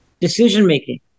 decision-making